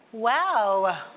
Wow